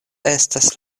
estas